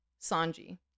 Sanji